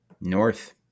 North